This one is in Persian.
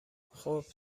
خوب